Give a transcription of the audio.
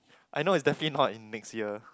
I know it's definitely not in next year